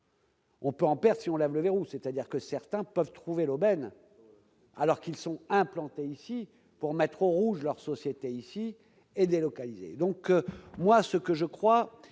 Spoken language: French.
On peut en perte si on lève le verrou, c'est-à-dire que certains peuvent trouver l'aubaine alors qu'ils sont implantés ici pour mettre au rouge leur société ici et délocalisée donc moi ce que je crois